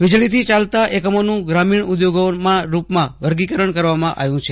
વિજળીથી ચાલતા એકમોનું ગ્રામીજ્ઞ ઉદ્યોગોના રૂપમાં વર્ગીકરશ્ન કરવામાં આવ્યું છે